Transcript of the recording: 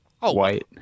white